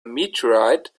meteorite